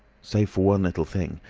save for one little thing.